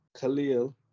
Khalil